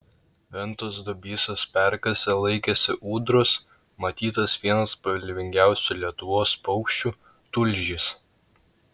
ventos dubysos perkase laikėsi ūdros matytas vienas spalvingiausių lietuvos paukščių tulžys